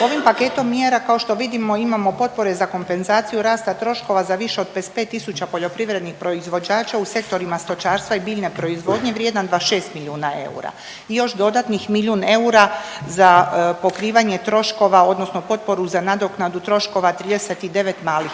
ovim paketom mjera kao što vidimo imamo potpore za kompenzaciju rasta troškova za više od 55.000 poljoprivrednih proizvođača u sektorima stočarstva i biljne proizvodnje vrijedan 2 milijuna eura i još dodatnih milijun eura za pokrivanje troškova odnosno potporu za nadoknadu troškova 39 malih